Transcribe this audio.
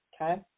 Okay